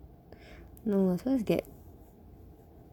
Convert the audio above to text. no supposed to get